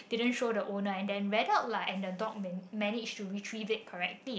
didn't show the owner and then went out lah and the dog managed to retrieve it correctly